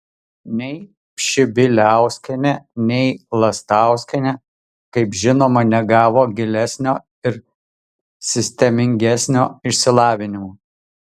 nei pšibiliauskienė nei lastauskienė kaip žinoma negavo gilesnio ir sistemingesnio išsilavinimo